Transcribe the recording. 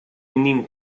menino